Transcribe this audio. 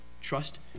trust